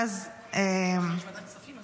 ואז --- יש ועדת כספים.